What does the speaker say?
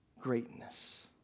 greatness